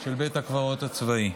של בית הקברות הצבאי.